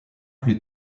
plus